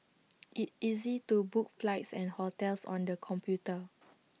IT is easy to book flights and hotels on the computer